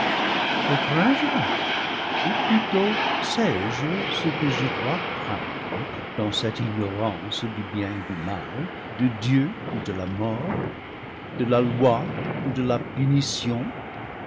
ou plutôt sais-je ce que je dois craindre dans cette ignorance du bien ou du mal de dieu ou de la mort de la loi ou de la punition